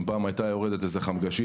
אם פעם הייתה יורדת איזה חמגשית,